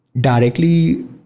directly